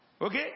okay